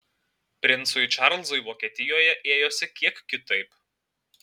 princui čarlzui vokietijoje ėjosi kiek kitaip